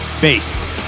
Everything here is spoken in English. Based